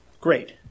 Great